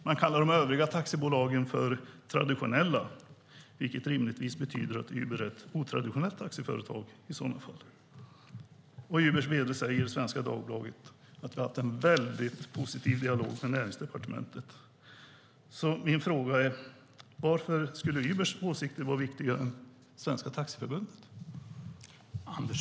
Man kallar de övriga taxibolagen traditionella, vilket rimligtvis betyder att Uber är ett otraditionellt taxiföretag. Ubers vd säger i Svenska Dagbladet att de har "en väldigt positiv dialog med näringsdepartementet". Min fråga är: Varför skulle Ubers åsikter vara viktigare än Svenska Taxiförbundets?